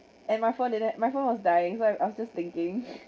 and my phone didn't my phone was dying so I was just thinking